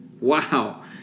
Wow